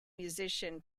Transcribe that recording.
musician